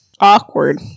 Awkward